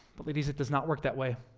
but ladies, it does not work that way.